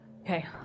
Okay